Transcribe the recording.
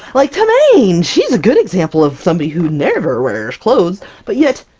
like timmain! she's a good example of somebody who never wears clothes but yet.